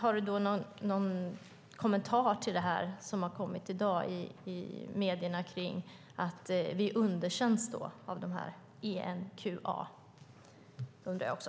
Har du någon kommentar till det som har kommit i dag i medierna om att vi underkänns av EMQA? Det undrar jag också.